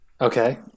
Okay